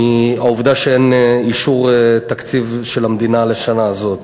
מהעובדה שאין אישור של תקציב המדינה לשנה הזאת.